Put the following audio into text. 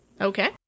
okay